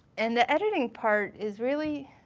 and the editing part is really,